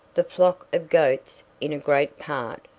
the flock of goats, in a great part,